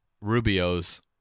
Rubio's